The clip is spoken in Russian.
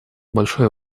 большое